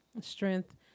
strength